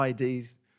IDs